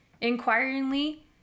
inquiringly